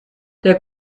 der